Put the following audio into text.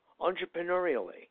entrepreneurially